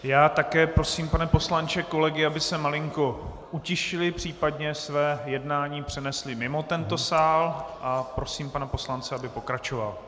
Já také prosím, pane poslanče, kolegy, aby se malinko utišili, případně své jednání přenesli mimo tento sál, a prosím pana poslance, aby pokračoval.